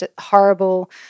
horrible